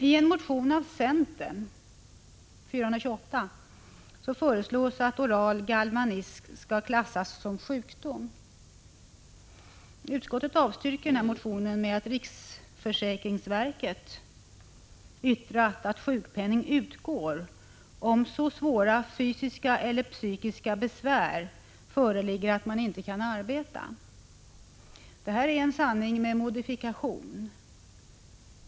I motion 428 av centern föreslås att oral galvanism skall klassas som sjukdom. Utskottet avstyrker motionen med att riksförsäkringsverket yttrat att sjukpenning utgår om så svåra fysiska eller psykiska besvär föreligger att man inte kan arbeta. Det är en sanning med modifikation.